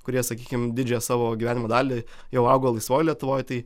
kurie sakykim didžiąją savo gyvenimo dalį jau augo laisvoj lietuvoj tai